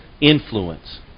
influence